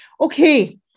Okay